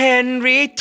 Henry